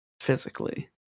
physically